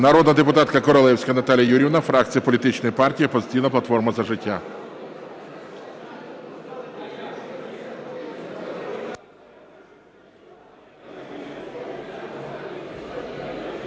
Народна депутатка Королевська Наталія Юріївна фракція політичної партії "Опозиційна платформа – За життя".